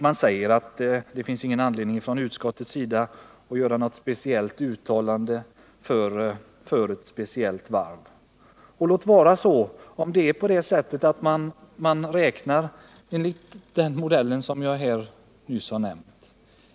Man säger att det inte finns någon anledning för utskottet att göra något speciellt uttalande för ett särskilt varv. Låt vara om man räknar enligt den modell som jag här nyss har nämnt.